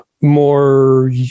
more